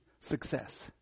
success